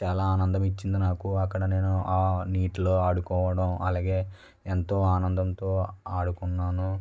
చాలా ఆనందం ఇచ్చింది నాకు అక్కడ నేను ఆ నీటిలో ఆడుకోవడం అలాగే ఎంతో ఆనందంతో ఆడుకున్నాను